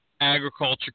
agriculture